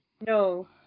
No